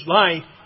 life